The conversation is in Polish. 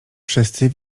wszyscy